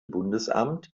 bundesamt